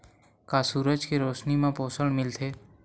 का सूरज के रोशनी म पोषण मिलथे?